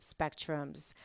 spectrums